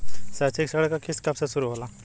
शैक्षिक ऋण क किस्त कब से शुरू होला?